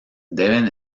deben